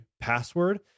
password